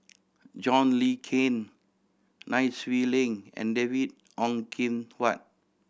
John Le Cain Nai Swee Leng and David Ong Kim Huat